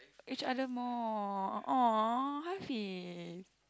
each other more !awww! Hafiz